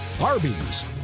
Arby's